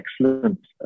excellent